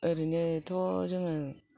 ओरैनो थ' जोङो